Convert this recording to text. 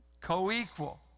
co-equal